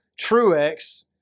Truex